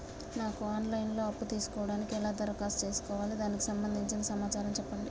నాకు online లో అప్పు తీసుకోవడానికి ఎలా దరఖాస్తు చేసుకోవాలి దానికి సంబంధించిన సమాచారం చెప్పండి?